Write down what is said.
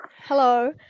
Hello